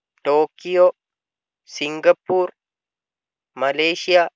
Tokyo Singapore Malaysia